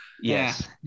Yes